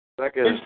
Second